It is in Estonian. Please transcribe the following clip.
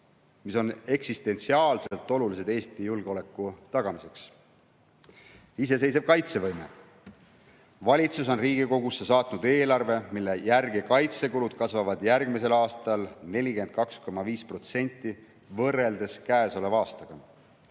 mis on eksistentsiaalselt olulised Eesti julgeoleku tagamiseks. Iseseisev kaitsevõime. Valitsus on Riigikogusse saatnud eelarve, mille järgi kaitsekulud kasvavad järgmisel aastal 42,5% võrreldes käesoleva aastaga